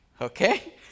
Okay